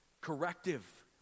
corrective